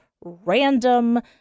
random